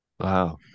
Wow